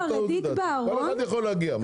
כל אחד יכול להגיע.